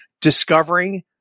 discovering